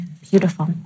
beautiful